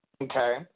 Okay